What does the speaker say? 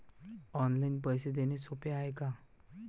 Online पैसे देण सोप हाय का?